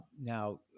now